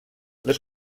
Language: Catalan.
les